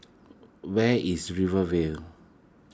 where is Rivervale